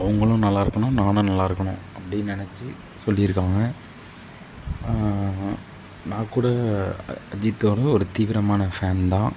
அவங்களும் நல்லா இருக்கணும் நானும் நல்லா இருக்கணும் அப்டின்னு நெனைச்சி சொல்லியிருக்காங்க நான் கூட அஜித்தோட ஒரு தீவிரமான ஃபேன் தான்